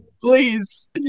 Please